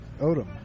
Odom